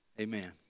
amen